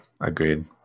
agreed